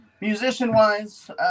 musician-wise